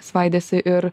svaidėsi ir